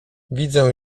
widzę